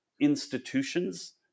institutions